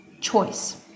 choice